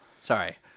Sorry